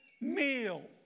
meal